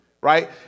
Right